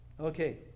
Okay